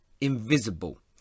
Invisible